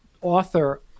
author